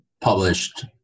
published